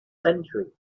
century